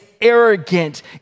arrogant